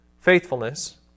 faithfulness